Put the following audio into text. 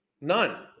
None